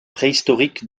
préhistoriques